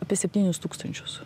apie septynis tūkstančius